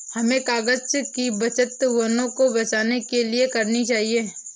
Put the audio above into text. हमें कागज़ की बचत वनों को बचाने के लिए करनी चाहिए